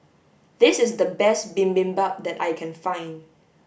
this is the best bibimbap that I can find